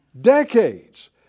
Decades